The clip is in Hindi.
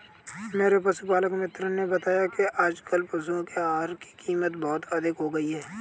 मेरे पशुपालक मित्र ने बताया कि आजकल पशुओं के आहार की कीमत बहुत अधिक हो गई है